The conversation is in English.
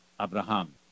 Abraham